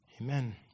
Amen